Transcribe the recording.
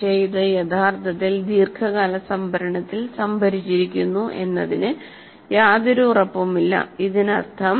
പക്ഷേ ഇത് യഥാർത്ഥത്തിൽ ദീർഘകാല സംഭരണത്തിൽ സംഭരിച്ചിരിക്കുന്നു എന്നതിന് യാതൊരു ഉറപ്പുമില്ല അതിനർത്ഥം